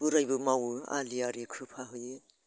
बोरायबो मावो आलि आरि खोफाहैयो